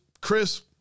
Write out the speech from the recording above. Chris